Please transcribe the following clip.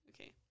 Okay